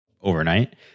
overnight